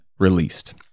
released